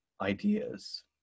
ideas